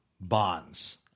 Bonds